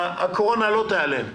הקורונה לא תיעלם.